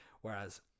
Whereas